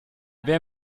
wer